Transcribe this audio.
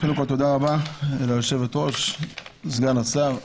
קודם כול, תודה רבה ליושבת-ראש ולסגן השר.